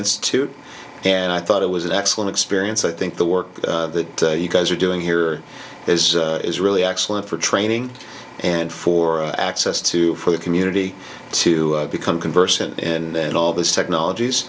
institute and i thought it was an excellent experience i think the work that you guys are doing here is is really excellent for training and for access to for the community to become conversant and then all these technolog